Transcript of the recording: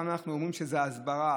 פעם אנחנו אומרים שזה ההסברה,